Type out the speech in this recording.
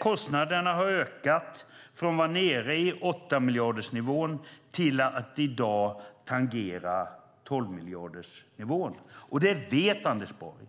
Kostnaderna har ökat från att ha varit nere på 8-miljardersnivån till att i dag tangera 12-miljardersnivån. Det vet Anders Borg.